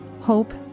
hope